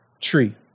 tree